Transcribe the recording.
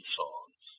songs